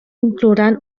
inclouran